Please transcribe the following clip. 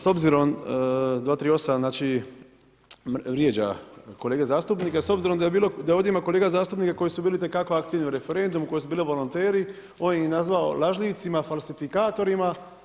S obzirom na 238., znači vrijeđa kolege zastupnike s obzirom da ovdje ima kolega zastupnika koji su bili itekako aktivni u referendumu, koji su bili volonteri, on ih je nazvao lažljivcima, falsifikatorima.